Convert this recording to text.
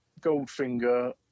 Goldfinger